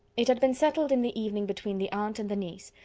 it had been settled in the evening between the aunt and the niece,